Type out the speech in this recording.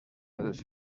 dels